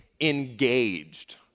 engaged